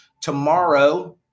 tomorrow